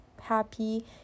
happy